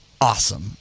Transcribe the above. awesome